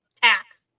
tax